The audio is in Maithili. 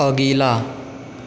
अगिला